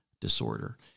disorder